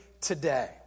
today